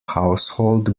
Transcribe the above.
household